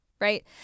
right